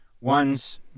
one's